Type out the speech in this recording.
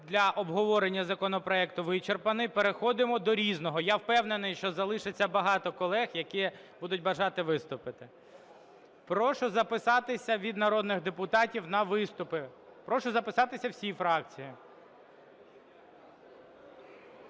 для обговорення законопроекту вичерпаний. Переходимо до "Різного". Я впевнений, що залишиться багато колег, які будуть бажати виступити. Прошу записатися від народних депутатів на виступи. Прошу записатися всі фракції.